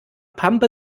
pampe